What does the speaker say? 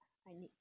I need